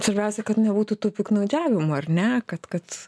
svarbiausia kad nebūtų tų piktnaudžiavimų ar ne kad kad